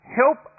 help